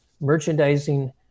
merchandising